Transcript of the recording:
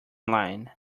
line